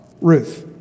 Ruth